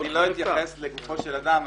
אני לא אתייחס לגופו של אדם.